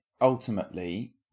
ultimately